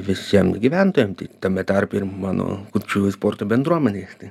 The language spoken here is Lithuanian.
visiem gyventojam tai tame tarpe ir mano kurčiųjų sporto bendruomenei tai